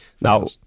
Now